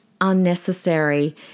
unnecessary